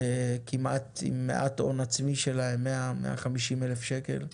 כמעט עם מעט הון עצמי שלהם, 100-150 אלף שקל.